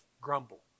grumble